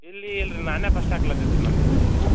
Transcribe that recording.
ಇಲ್ಲಿ ಇಲ್ಲರಿ ನಾನೆ ಫಸ್ಟ್ ಹಾಕ್ಲತ್ತಿದ್ದು ರೀ ನಮ್ಮ ಏರಿಯಾದಾಗೆ